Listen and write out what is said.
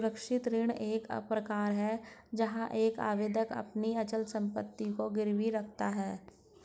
सुरक्षित ऋण एक प्रकार है जहां एक आवेदक अपनी अचल संपत्ति को गिरवी रखता है